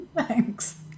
thanks